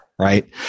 Right